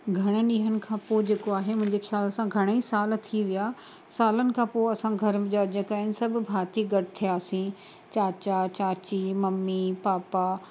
घणनि ॾींहंनि खां पोइ जेको आहे मुंहिंजे ख़्याल सां घणेई साल थी विया सालनि खां पोइ असां घर जा जेके आहिनि सभु भाती गॾु थियासीं चाचा चाची मम्मी पापा